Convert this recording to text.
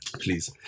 Please